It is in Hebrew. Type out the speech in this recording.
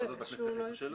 בכנסת החליטו שלא.